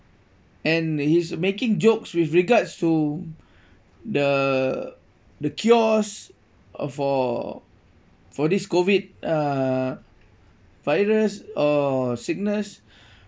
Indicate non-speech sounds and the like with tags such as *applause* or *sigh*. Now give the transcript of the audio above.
and he's making jokes with regards to the the cures for for this COVID uh virus or sickness *breath*